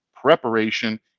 preparation